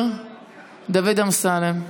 יסכם את הדברים השר המקשר דוד אמסלם.